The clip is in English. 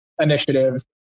initiatives